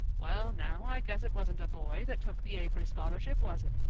well now, i guess it wasn't a boy that took the avery scholarship, was it?